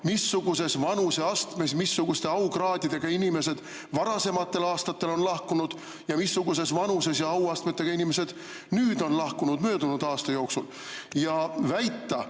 missuguses vanuseastmes, missuguste aukraadidega inimesed varasematel aastatel on lahkunud ja missuguses vanuses ja auastmetega inimesed nüüd, möödunud aasta jooksul on